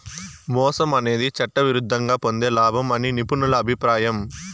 మోసం అనేది చట్టవిరుద్ధంగా పొందే లాభం అని నిపుణుల అభిప్రాయం